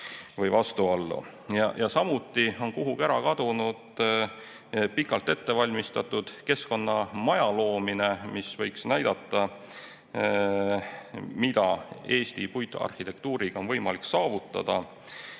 vastuollu. Samuti on kuhugi ära kadunud pikalt ette valmistatud Keskkonnamaja loomine, mis võiks näidata, mida Eesti puitarhitektuuriga on võimalik saavutada